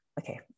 Okay